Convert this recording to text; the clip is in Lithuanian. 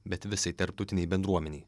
bet visai tarptautinei bendruomenei